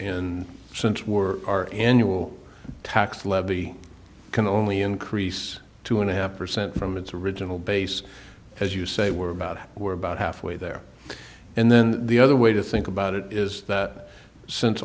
and since we're our annual tax levy can only increase two and a half percent from its original base as you say we're about we're about halfway there and then the other way to think about it is that since